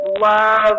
Love